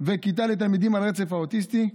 וכיתה לתלמידים על הרצף האוטיסטי,